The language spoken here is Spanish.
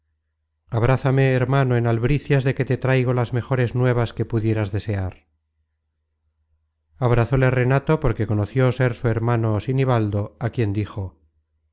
abrázame hermano en albricias de que te traigo las mejores nuevas que pudieras desear abrazole renato porque conoció ser su hermano sinibaldo á quien dijo